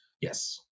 yes